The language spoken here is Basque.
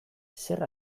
zer